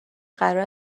قرار